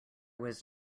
was